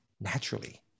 naturally